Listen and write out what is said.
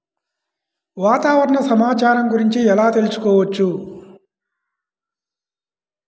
వాతావరణ సమాచారం గురించి ఎలా తెలుసుకోవచ్చు?